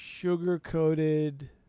sugar-coated